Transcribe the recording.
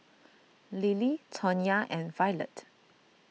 Lilie Tawnya and Violet